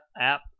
app